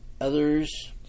Others